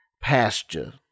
pasture